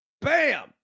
bam